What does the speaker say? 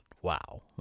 wow